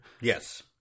Yes